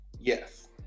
Yes